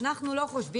אין צורך,